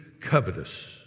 covetous